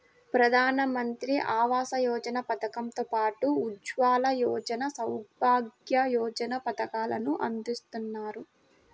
ప్రధానమంత్రి ఆవాస యోజన పథకం తో పాటు ఉజ్వల యోజన, సౌభాగ్య యోజన పథకాలను అందిత్తన్నారు